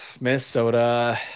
Minnesota